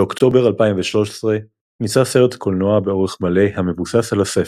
באוקטובר 2013 יצא סרט קולנוע באורך מלא המבוסס על הספר.